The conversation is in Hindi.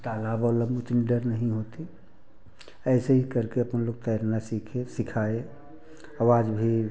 तालाब ओलाब में उतनी डर नहीं होती ऐसे ही करके अपन लोग तैरना सीखे सिखाए और आज भी